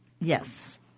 yes